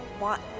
want